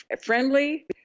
friendly